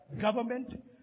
government